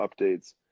updates